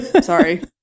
sorry